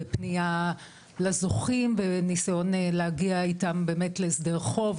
בפנייה לזוכים וניסיון להגיע איתם באמת להסדר חוב.